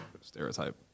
stereotype